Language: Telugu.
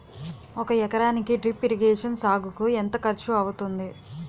ఒక ఎకరానికి డ్రిప్ ఇరిగేషన్ సాగుకు ఎంత ఖర్చు అవుతుంది?